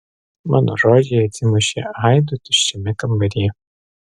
mano žodžiai atsimušė aidu tuščiame kambaryje